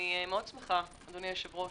אני שמחה מאוד, אדוני היושב-ראש,